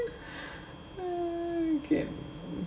can